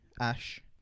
Ash